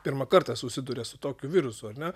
pirmą kartą susiduria su tokiu virusu ar ne